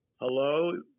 Hello